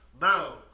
Now